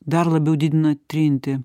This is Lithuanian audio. dar labiau didina trintį